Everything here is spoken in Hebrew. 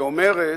שאומרת,